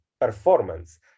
performance